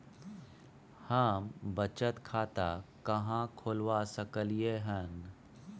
हम बचत खाता कहाॅं खोलवा सकलिये हन?